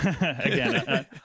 again